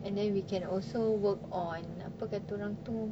and then we can also work on apa kata orang tu